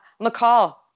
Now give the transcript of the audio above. McCall